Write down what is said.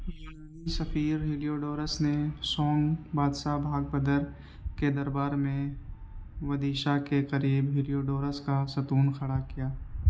یونانی سفیر ہیلیوڈورس نے شونگ بادشاہ بھاگبھدر کے دربار میں ودیشا کے قریب ہیلیوڈورس کا ستون کھڑا کیا